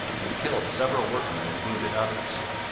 and killed several workmen and wounded others.